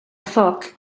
foc